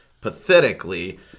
pathetically